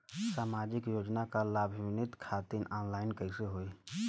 सामाजिक योजना क लाभान्वित खातिर ऑनलाइन कईसे होई?